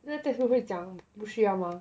then the textbook 不会讲不需要吗